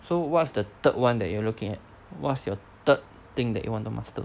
so what's the third one that you are looking at what's your third thing that you want to master